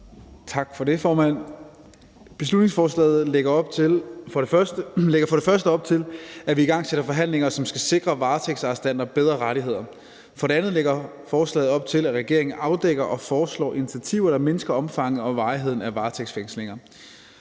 Tak for det, formand. Beslutningsforslaget lægger for det første op til, at vi igangsætter forhandlinger, som skal sikre varetægtsarrestanter bedre rettigheder. For det andet lægger forslaget op til, at regeringen afdækker og foreslår initiativer, der mindsker omfanget og varigheden af varetægtsfængslinger.